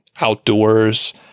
outdoors